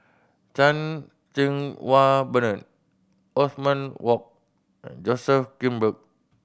Chan Cheng Wah Bernard Othman Wok and Joseph Grimberg